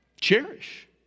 Cherish